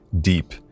deep